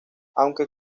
aunque